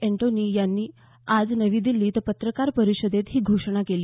Antonie यांनी आज नवी दिछीत पत्रकार परिषदेत ही घोषणा केली